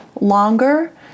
longer